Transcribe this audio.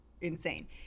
insane